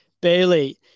Bailey